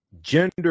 gender